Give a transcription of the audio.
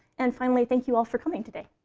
and finally, thank you all for coming today.